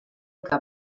que